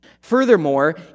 Furthermore